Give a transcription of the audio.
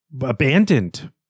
Abandoned